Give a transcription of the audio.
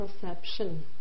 perception